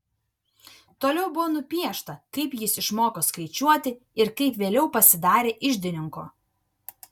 toliau buvo nupiešta kaip jis išmoko skaičiuoti ir kaip vėliau pasidarė iždininku